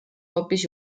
hoopis